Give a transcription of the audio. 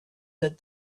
that